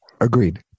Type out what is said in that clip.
Agreed